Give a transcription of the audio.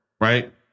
right